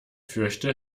fürchte